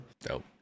Dope